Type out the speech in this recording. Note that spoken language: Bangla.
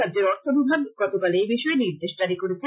রাজ্যের অর্থবিভাগ গতকাল এই বিষয়ে নির্দেশ জারি করেছে